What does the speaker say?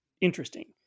interesting